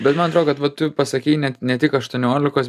bet man atrodo kad va tu pasakei ne ne tik aštuoniolikos